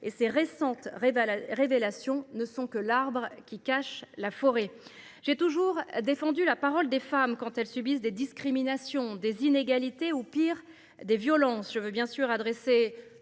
et ces récentes révélations ne sont que l’arbre qui cache la forêt. J’ai toujours défendu la parole des femmes qui subissent des discriminations, des inégalités ou, pire, des violences. Je veux, bien sûr, adresser